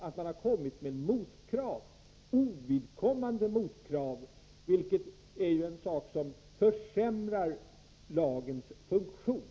Jo, man har kommit med ovidkommande motkrav, vilket är något som försämrar lagens funktion.